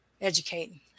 educating